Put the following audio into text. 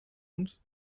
und